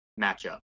matchup